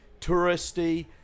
touristy